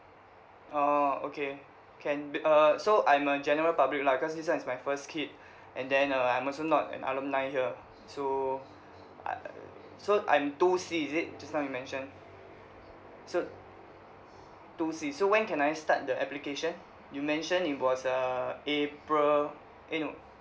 orh okay can err so I'm a general public lah cause this one is my first kid and then uh I'm also not an alumni here so I so I'm two C is it just now you mentioned so two C so when can I start the application you mention it was uh april eh no